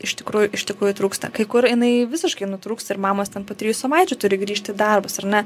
iš tikrųjų iš tikrųjų trūksta kai kur jinai visiškai nutrūksta ir mamos ten po trijų savaičių turi grįžti į darbus ar ne